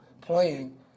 playing